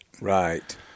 Right